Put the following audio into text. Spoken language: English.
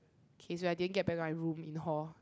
K is when I didn't get back my room in hall